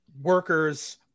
workers